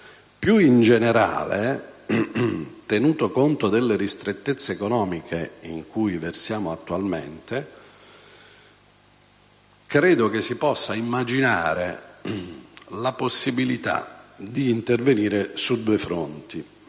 Più in generale, tenuto conto delle ristrettezze economiche in cui versiamo attualmente, credo si possa immaginare di intervenire su due fronti.